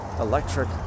electric